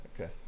okay